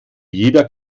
jeder